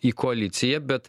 į koaliciją bet